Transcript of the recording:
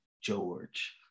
George